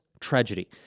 tragedy